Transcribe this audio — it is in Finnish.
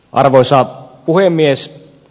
arvoisa puhemies